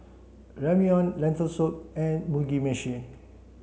Ramyeon Lentil soup and Mugi meshi